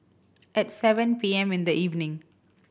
at seven P M in the evening